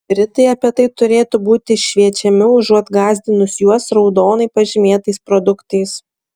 britai apie tai turėtų būti šviečiami užuot gąsdinus juos raudonai pažymėtais produktais